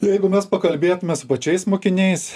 jeigu mes pakalbėtume su pačiais mokiniais